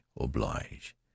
oblige